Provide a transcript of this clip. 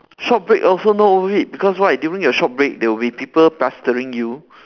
short break also not worth it because why during your short break there will be people pestering you